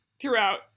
throughout